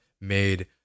made